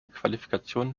qualifikation